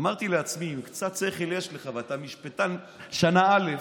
אמרתי לעצמי: אם קצת שכל יש לך ואתה משפטן שנה א',